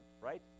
right